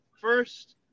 first